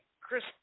chris